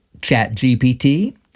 ChatGPT